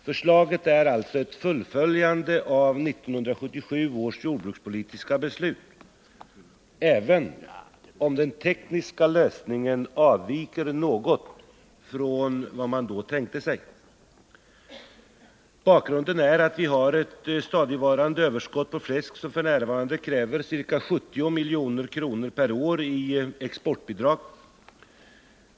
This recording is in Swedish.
Förslaget är alltså ett fullföljande av 1977 års jordbrukspolitiska beslut, även om den tekniska lösningen avviker något från vad man då tänkte sig. Bakgrunden är att vi har ett stadigvarande överskott på fläsk som f. n. kräver ca 70 milj.kr. per år i exportbidrag.